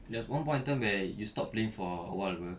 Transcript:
like one point of time where you stop playing for awhile [pe]